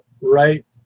right